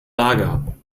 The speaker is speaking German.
lager